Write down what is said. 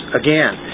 again